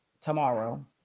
tomorrow